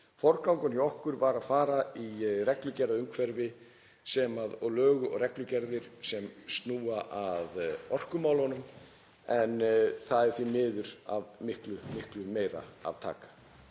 Forgangurinn hjá okkur var að fara í reglugerðarumhverfi og lög og reglugerðir sem snúa að orkumálunum en það er því miður af miklu meiru að taka.